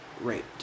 raped